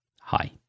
Hi